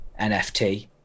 NFT